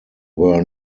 were